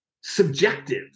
subjective